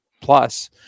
plus